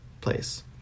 place